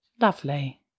Lovely